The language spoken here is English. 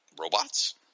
robots